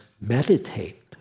meditate